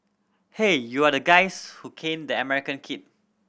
hey you are the guys who caned the American kid